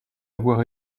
avoir